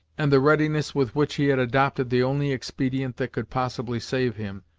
and the readiness with which he had adopted the only expedient that could possibly save him,